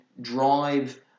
drive